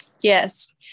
Yes